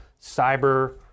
cyber